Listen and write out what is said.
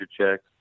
checks